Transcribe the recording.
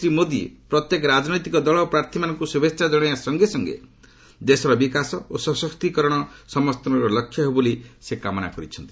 ଶ୍ରୀ ମୋଦି ପ୍ରତ୍ୟେକ ରାଜନୈତିକ ଦଳ ଓ ପ୍ରାର୍ଥୀମାନଙ୍କୁ ଶୁଭେଚ୍ଛା ଜଣାଇବା ସଙ୍ଗେ ସଙ୍ଗେ ଦେଶର ବିକାଶ ଓ ସଶକ୍ତିକରଣ ପାଇଁ ସମସ୍ତଙ୍କର ଲକ୍ଷ୍ୟ ହେବ ବୋଲି କାମନା କରିଛନ୍ତି